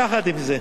יחד עם זאת,